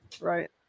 Right